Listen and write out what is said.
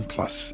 Plus